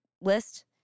list